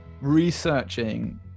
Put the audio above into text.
researching